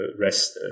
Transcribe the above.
REST